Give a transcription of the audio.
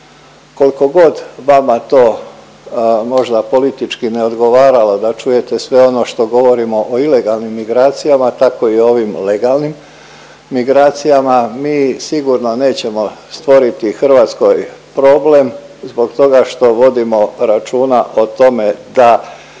Koliko god vama to možda politički ne odgovaralo, da čujete sve ono što govorimo o ilegalnim migracijama, tako i ovim legalnim migracijama, mi sigurno nećemo stvoriti Hrvatskoj problem zbog toga što vodimo računa o tome da